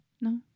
No